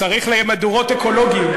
צריך מדורות אקולוגיות.